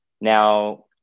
now